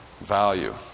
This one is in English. value